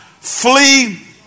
Flee